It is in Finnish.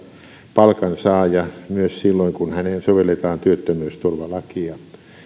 palkansaaja myös silloin kun häneen sovelletaan työttömyysturvalakia